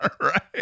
right